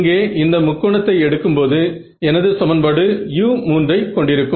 இங்கே இந்த முக்கோணத்தை எடுக்கும்போது எனது சமன்பாடு u3 ஐ கொண்டிருக்கும்